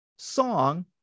Song